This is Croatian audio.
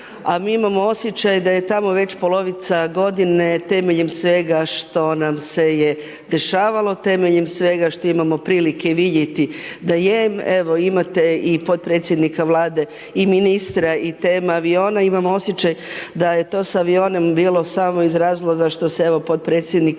a mi imamo osjećaj da je tamo već polovica godine temeljem svega što nam se je dešavalo, temeljem svega što imamo prilike vidjeti da je. Evo, imate i potpredsjednika Vlade i ministra i tema aviona. Imam osjećaj da je to s avionom bilo samo iz razloga što se evo potpredsjednik